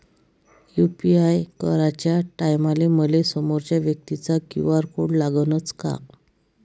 UPI कराच्या टायमाले मले समोरच्या व्यक्तीचा क्यू.आर कोड लागनच का?